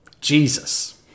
Jesus